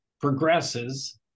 progresses